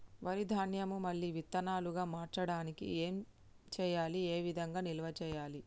వరి ధాన్యము మళ్ళీ విత్తనాలు గా మార్చడానికి ఏం చేయాలి ఏ విధంగా నిల్వ చేయాలి?